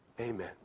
Amen